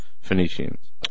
Phoenicians